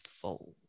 fold